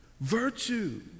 virtue